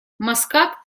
маскат